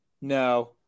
No